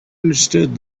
understood